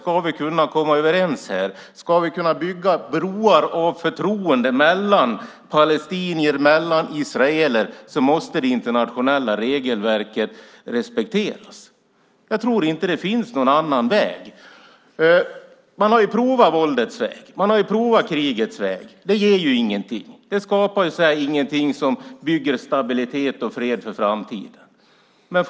Ska vi kunna komma överens här, ska vi kunna bygga broar av förtroende mellan palestinier och israeler måste det internationella regelverket respekteras. Jag tror inte att det finns någon annan väg. Man har provat våldets väg. Man har provat krigets väg. Det ger ingenting. Det skapar ingenting som bygger stabilitet och fred för framtiden.